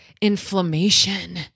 inflammation